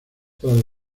tras